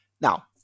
Now